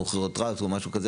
אם הוא כירופרקט וכדומה,